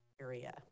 area